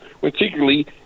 Particularly